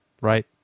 right